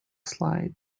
slide